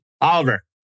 Oliver